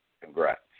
Congrats